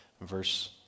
Verse